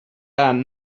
and